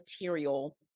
material